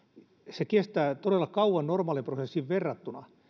se kestää todella kauan normaaliin prosessiin verrattuna